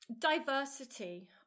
diversity